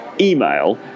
email